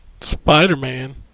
Spider-Man